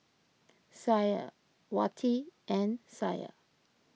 Syah Wati and Syah